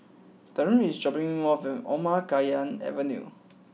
Truman is dropping me off at Omar Khayyam Avenue